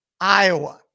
Iowa